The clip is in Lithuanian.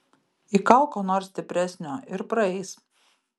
įkalk ko nors stipresnio ir praeis